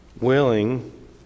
willing